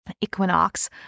equinox